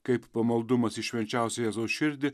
kaip pamaldumas į švenčiausią jėzaus širdį